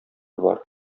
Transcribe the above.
бар